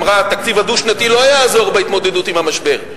אמרה: התקציב הדו-שנתי לא יעזור בהתמודדות עם המשבר.